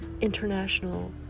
international